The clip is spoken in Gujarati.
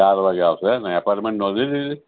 ચાર વાગ્યે આવશો એમ ને એપોટમેન્ટ નોંધી લીધી